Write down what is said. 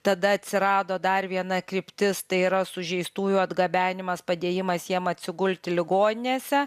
tada atsirado dar viena kryptis tai yra sužeistųjų atgabenimas padėjimas jiem atsigulti ligoninėse